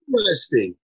interesting